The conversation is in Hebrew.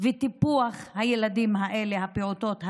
וטיפוח הילדים האלה, הפעוטות האלה.